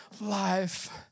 life